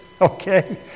Okay